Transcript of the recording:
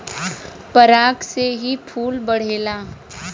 पराग से ही फूल बढ़ेला